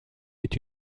est